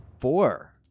Four